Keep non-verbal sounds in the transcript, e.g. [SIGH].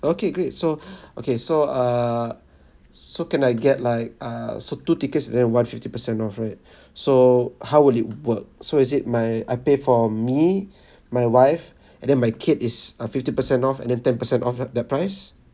okay great so [BREATH] okay so err so can I get like ah so two tickets then one fifty percent right [BREATH] so how will it work so is it my I pay for me [BREATH] my wife and then my kid is a fifty percent off and then ten percent of the the price